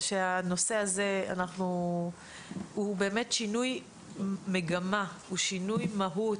שהנושא הזה הוא באמת שינוי מגמה, הוא שינוי מהות,